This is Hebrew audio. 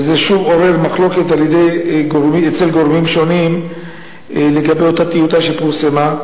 וזה שוב עורר מחלוקת אצל גורמים שונים לגבי אותה טיוטה שפורסמה,